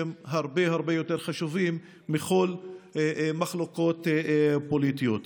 הם הרבה הרבה יותר חשובים מכל המחלוקות הפוליטיות.